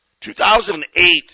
2008